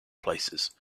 places